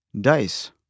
dice